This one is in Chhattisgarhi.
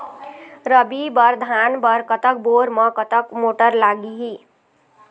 रबी बर धान बर कतक बोर म कतक मोटर लागिही?